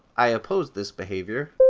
i oppose this behavior.